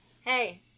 Hey